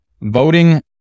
voting